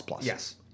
Yes